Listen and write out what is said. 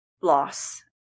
loss